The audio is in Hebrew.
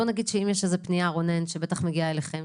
בוא ונגיד שאם יש איזו פנייה שבטח מגיעה אליכם,